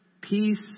peace